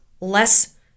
less